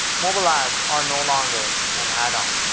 mobile ads are no longer an add-on